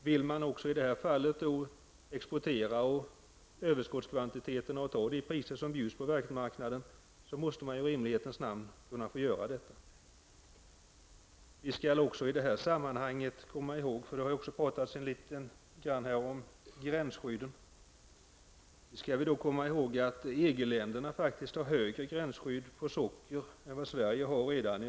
Vill man också i det här fallet exportera överskottskvantiteten och ta de priser som bjuds på världsmarknaden, måste man i rimlighetens namn kunna få göra detta. Det har här också talats om gränsskydden. Vi skall då komma ihåg att EG-länderna faktiskt redan i dag har högre gränsskydd på socker än vad Sverige har.